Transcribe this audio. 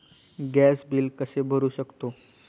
Gas bill कसे भरू शकतो?